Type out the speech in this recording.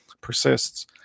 persists